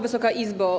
Wysoka Izbo!